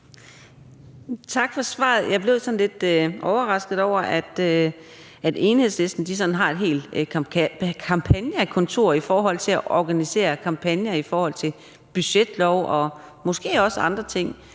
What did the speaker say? Tak for svaret. Jeg blev lidt overrasket over, at Enhedslisten har sådan et helt kampagnekontor i forhold til at organisere kampagner mod budgetlov og måske også andre ting.